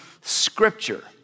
scripture